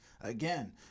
Again